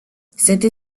cette